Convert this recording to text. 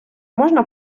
можна